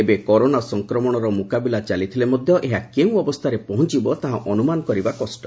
ଏବେ କରୋନା ସଂକ୍ରମଣର ମୁକାବିଲା ଚାଲିଥିଲେ ମଧ୍ୟ ଏହା କେଉଁ ଅବସ୍ଥାରେ ପହଞ୍ଚବ ତାହା ଅନୁମାନ କରିବା କଷ୍ଟ